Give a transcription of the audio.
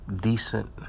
Decent